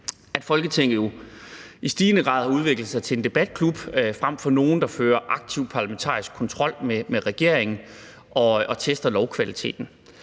at Folketinget jo i stigende grad har udviklet sig til en debatklub frem for at være nogle, der fører aktiv parlamentarisk kontrol med regeringen og tester lovkvaliteten.